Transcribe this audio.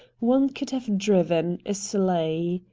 one could have driven a sleigh.